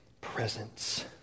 presence